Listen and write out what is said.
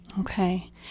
Okay